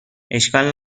اشکال